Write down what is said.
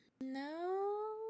no